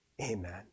Amen